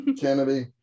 Kennedy